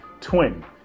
Twin